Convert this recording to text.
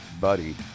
Buddy